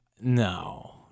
No